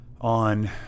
on